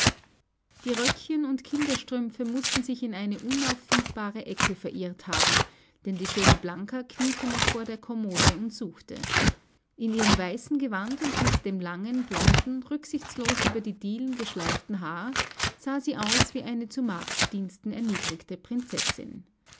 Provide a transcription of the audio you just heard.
die röckchen und kinderstrümpfe mußten sich in eine unauffindbare ecke verirrt haben denn die schöne blanka kniete noch vor der kommode und suchte in ihrem weißen gewand und mit dem langen blonden rücksichtslos über die dielen geschleiften haar sah sie aus wie eine zu magddiensten erniedrigte prinzessin